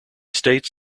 states